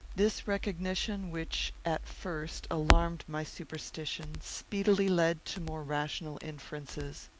this recognition, which at first alarmed my superstition, speedily led to more rational inferences.